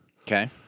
Okay